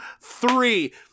three